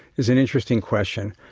it's an interesting question.